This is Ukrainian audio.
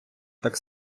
так